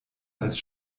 als